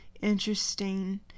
interesting